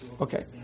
Okay